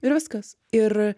ir viskas ir